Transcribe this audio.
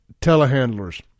telehandlers